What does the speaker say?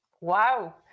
Wow